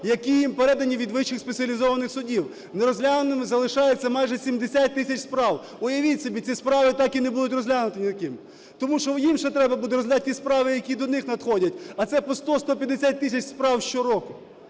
які їм передані від вищих спеціалізованих судів. Нерозглянутими залишаються майже 70 тисяч справ. Уявіть собі, ці справи так і не будуть розглянуті ніким, тому що їм ще треба буде розглядати ті справи, які до них надходять, а це по 100-150 тисяч справ щороку.